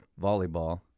volleyball